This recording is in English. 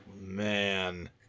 man